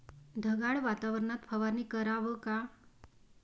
ढगाळ वातावरनात फवारनी कराव का?